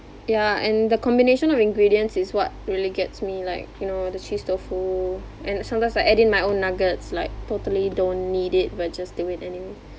ya and the combination of ingredients is what really gets me like you know the cheese tofu and sometimes I add in my own nuggets like totally don't need it but just do it anyway